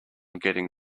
getting